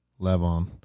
Levon